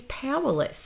powerless